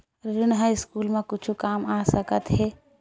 ऋण ह स्कूल मा कुछु काम आ सकत हे?